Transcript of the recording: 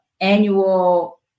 annual